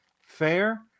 fair